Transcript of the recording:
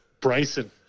Bryson